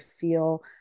feel